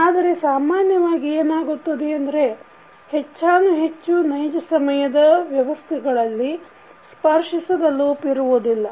ಆದರೆ ಸಾಮಾನ್ಯವಾಗಿ ಏನಾಗುತ್ತದೆ ಎಂದರೆ ಹೆಚ್ಚಾನುಹೆಚ್ಚು ನೈಜ ಸಮಯದ ವ್ಯವಸ್ಥೆಗಳಲ್ಲಿ ಸ್ಪರ್ಶಿಸದ ಲೂಪ್ ಇರುವುದಿಲ್ಲ